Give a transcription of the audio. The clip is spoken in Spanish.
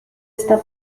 esta